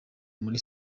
muri